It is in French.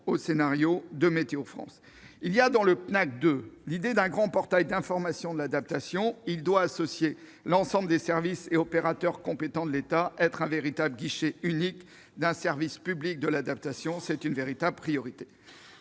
aux scénarios de Météo France. Il y a, dans le Pnacc 2, l'idée d'un grand portail d'information de l'adaptation. Il doit associer l'ensemble des services et opérateurs compétents de l'État et être un véritable guichet unique d'un service public de l'adaptation- c'est une véritable priorité.